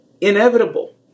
inevitable